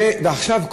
עכשיו,